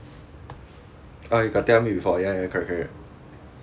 oh you got tell me before ya ya correct correct